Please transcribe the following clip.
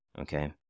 Okay